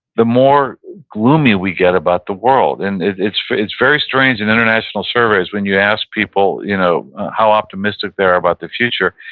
the more gloomy we get about the world. and it's it's very strange. in international surveys, when you ask people you know how optimistic they are about the future,